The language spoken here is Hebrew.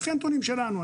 לפי הנתונים שלנו,